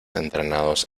entrenados